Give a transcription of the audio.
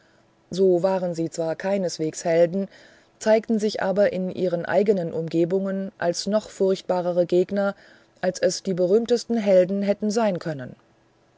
so waren sie zwar keineswegs helden zeigten sich aber in ihren eigenen umgebungen als noch furchtbarere gegner als es die berühmtesten helden hätten sein können